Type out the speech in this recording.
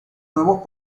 nuevos